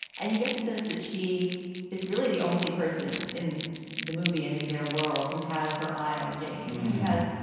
and you get the sense that she is really the only person in the movie and in their world who has her eye on. jane has,